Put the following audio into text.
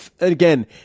again